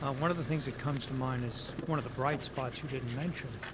um one of the things that comes to mind is one of the bright spots you didn't mention,